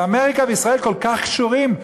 ואמריקה וישראל כל כך קשורות.